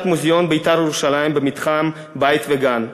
מועדון "בית"ר ירושלים" במתחם בית-וגן.